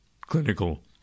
clinical